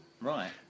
Right